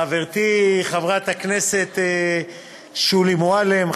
חברתי חברת הכנסת שולי מועלם,